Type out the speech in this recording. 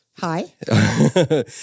Hi